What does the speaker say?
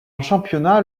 championnat